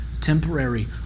temporary